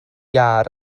iâr